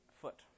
foot